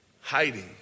hiding